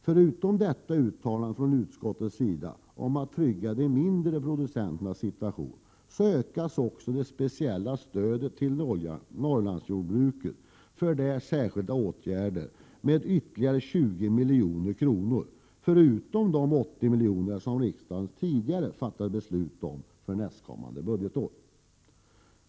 Förutom detta uttalande från utskottet om att trygga de mindre producenternas situation, ökas också det speciella stödet till Norrlandsjordbruket för särskilda åtgärder med ytterligare 20 milj.kr., förutom de 80 miljoner som riksdagen tidigare fattade beslut om för nästkommande budgetår.